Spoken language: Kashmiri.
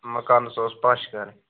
مکانس اوس پَش کَرٕنۍ